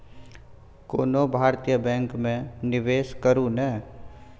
कोनो भारतीय बैंक मे निवेश करू ने